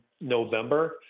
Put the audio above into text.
November